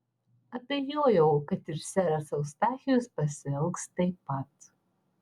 abejojau kad ir seras eustachijus pasielgs taip pat